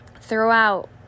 Throughout